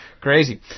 Crazy